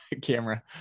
camera